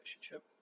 relationship